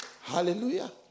Hallelujah